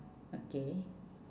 okay